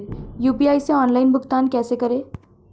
UPI से online भुगतान कैसे करें?